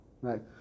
Right